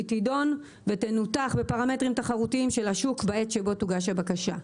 היא תידון ותנותח בפרמטרים תחרותיים של השוק בעת שבה תוגש הבקשה.